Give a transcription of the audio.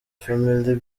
family